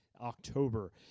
October